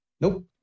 Nope